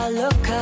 look